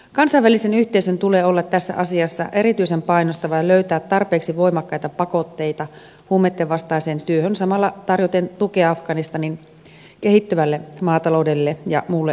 kansainvälisen yhteisön tulee olla tässä asiassa erityisen painostava ja löytää tarpeeksi voimakkaita pakotteita huumeitten vastaiseen työhön samalla tarjoten tukea afganistanin kehittyvälle maataloudelle ja muulle elinkeinoelämälle